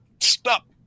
stop